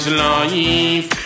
life